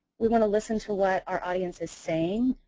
we want to listen to what our audience is saying.